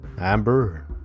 Amber